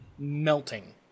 Melting